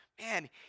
man